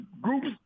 groups